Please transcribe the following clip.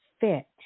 fit